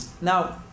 Now